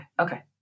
okay